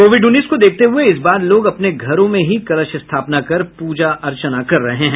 Covid उन्नीस को देखते हुये इस बार लोग अपने घरों में ही कलश स्थापना कर पूजा अर्चना कर रहे हैं